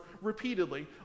repeatedly